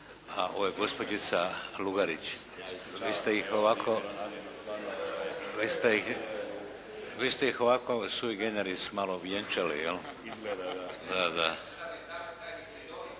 a ovo je gospođica Lugarić. Vi ste ih ovako suigeneris malo vjenčali jel'. … /Upadica se